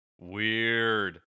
weird